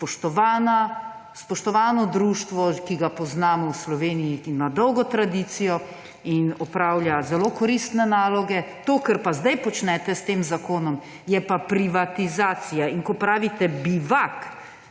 spoštovano društvo, ki ga poznamo v Sloveniji, ima dolgo tradicijo in opravlja zelo koristne naloge. To, kar pa zdaj počnete s tem zakonom, je pa privatizacija. In ko pravite,